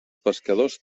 pescadors